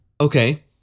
Okay